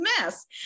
mess